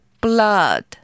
Blood